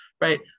right